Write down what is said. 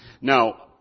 Now